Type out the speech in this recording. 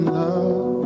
love